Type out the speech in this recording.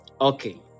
Okay